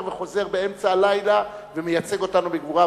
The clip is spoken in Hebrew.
וחוזר באמצע הלילה ומייצג אותנו בגבורה,